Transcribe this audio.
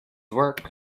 work